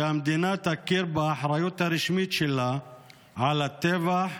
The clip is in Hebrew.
שהמדינה תכיר באחריות הרשמית שלה על הטבח,